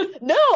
No